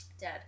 Dead